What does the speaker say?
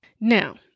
Now